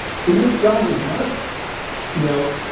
so your job is not you know,